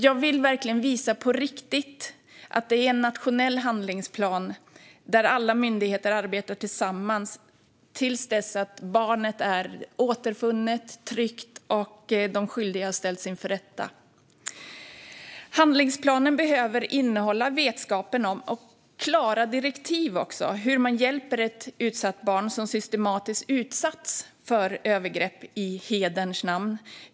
Jag vill verkligen visa på riktigt att det handlar om en nationell handlingsplan där alla myndigheter arbetar tillsammans till dess att barnet är återfunnet och tryggt och de skyldiga har ställts inför rätta. Handlingsplanen behöver innehålla en vetskap och klara direktiv om hur man hjälper ett utsatt barn som systematiskt har utsatts för övergrepp i hederns namn.